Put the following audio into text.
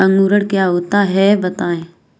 अंकुरण क्या होता है बताएँ?